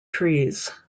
trees